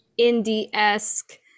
indie-esque